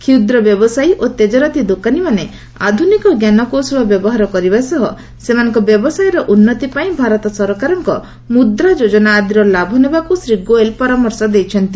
କ୍ଷୁଦ୍ର ବ୍ୟବସାୟୀ ଓ ତେଜରାତି ଦୋକାନୀମାନେ ଆଧୁନିକ ଞ୍ଜାନକୌଶଳ ବ୍ୟବହାର କରିବା ସହ ସେମାନଙ୍କ ବ୍ୟବସାୟର ଉନ୍ନତି ପାଇଁ ଭାରତ ସରକାରଙ୍କ ମୁଦ୍ରା ଯୋଜନା ଆଦିର ଲାଭ ନେବାକୁ ଶ୍ରୀ ଗୋଏଲ୍ ପରାମର୍ଶ ଦେଇଛନ୍ତି